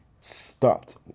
stopped